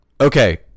Okay